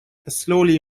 slowly